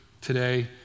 today